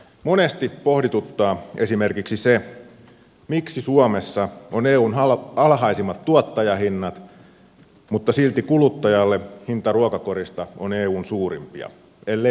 monesti pohdituttaa esimerkiksi se miksi suomessa on eun alhaisimmat tuottajahinnat mutta silti kuluttajalle hinta ruokakorista on eun suurimpia ellei peräti suurin